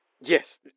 Yes